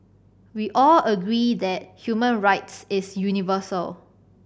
we all agree that human rights is universal